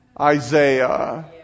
Isaiah